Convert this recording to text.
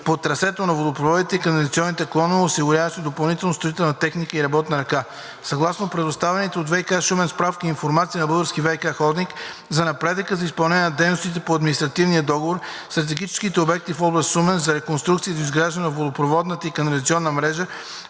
по трасето на водопроводите и канализационните клонове, осигуряване на допълнителна строителна техника и работна ръка. Съгласно предоставените от ВиК – Шумен, справки и информация на „Български ВиК холдинг“ ЕАД за напредъка по изпълнение на дейностите по административния договор, стратегическите обекти в област Шумен за реконструкция и доизграждане на водоснабдителната и канализационната мрежа,